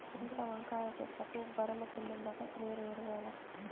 ఇంట్ల వంకాయ చెట్లకు బర్రెల పెండుండగా వేరే ఎరువేల